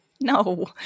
No